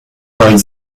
marie